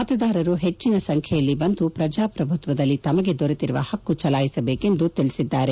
ಮತದಾರರು ಹೆಚ್ಚಿನ ಸಂಖ್ಯೆಯಲ್ಲಿ ಬಂದು ಪ್ರಜಾಪ್ರಭುತ್ವದಲ್ಲಿ ತಮಗೆ ದೊರೆತಿರುವ ಹಕ್ಕು ಚಲಾಯಿಸಬೇಕು ಎಂದು ತಿಳಿಸಿದ್ದಾರೆ